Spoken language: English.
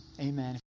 amen